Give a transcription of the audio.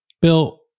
Bill